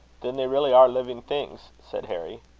then they really are living things? said harry.